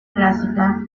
clásica